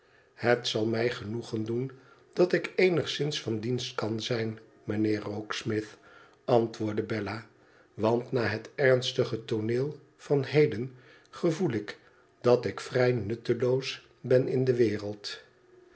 ihet zal mij genoegen doen dat ik eenigzins van dienst kan zijn mijn heer rokesmith antwoordde bella i want na het ernstige tooneel van heden gevoel ik dat ik vrij nutteloos ben in de wereld